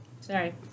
sorry